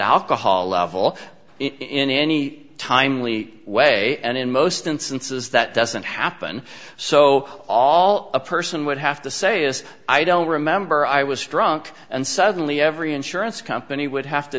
alcohol level in any timely way and in most instances that doesn't happen so all a person would have to say is i don't remember i was drunk and suddenly every insurance company would have to